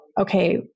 okay